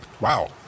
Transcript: Wow